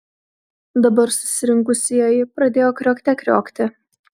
dabar susirinkusieji pradėjo kriokte kriokti